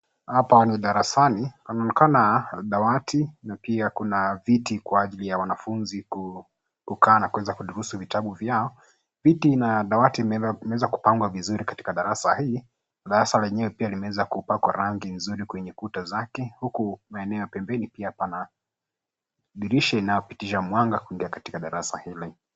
Hapa ni darasani. Panaonekana dawati na pia kuna viti kwa ajili ya wanafunzi kukaa na kuweza kudurusu vitabu vyao. Viti na dawati vimeweza kupangwa vizuri katika darasa hii, darasa lenyewe pia limeweza kupakwa rangi kwenye kuta zake huku maeneo ya pembeni pia pana dirisha inayopitisha mwanga kuingia katika darasa ile.